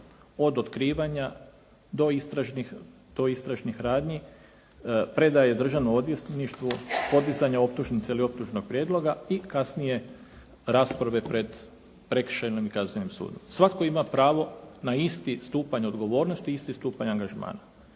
od otkrivanja do istražnih radnji, predaje Državnom odvjetništvu, podizanja optužnice ili optužnog prijedloga i kasnije rasprave pred prekršajnim i Kaznenim sudom. Svatko ima pravo na isti stupanj odgovornosti, isti stupanj angažmana.